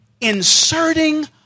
inserting